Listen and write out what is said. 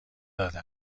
داده